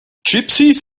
gypsies